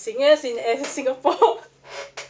singers in a singapore